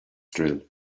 drill